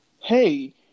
hey